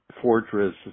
fortress